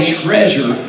treasure